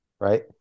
right